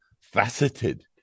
faceted